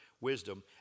wisdom